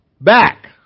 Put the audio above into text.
back